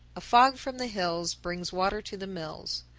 a fog from the hills brings water to the mills.